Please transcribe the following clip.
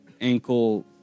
ankle